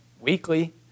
weekly